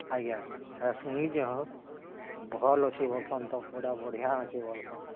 ଆଜ୍ଞା ହାଁ ଶୁଣିଛେଁ ହୋ ଭଲ୍ ଅଛେ ବର୍ତ୍ତମାନ୍ ତ ପୁରା ବଢ଼ିଆଁ ଅଛେ ବଲ୍ସନ୍